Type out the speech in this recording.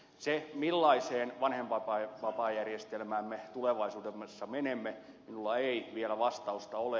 siihen millaiseen vanhempainvapaajärjestelmään me tulevaisuudessa menemme minulla ei vielä vastausta ole